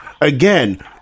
again